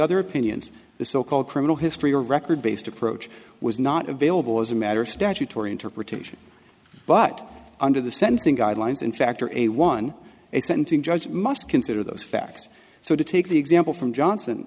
other opinions the so called criminal history or record based approach was not available as a matter of statutory interpretation but under the sentencing guidelines in fact or a one extent in judge must consider those facts so to take the example from johnson